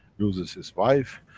loses his wife,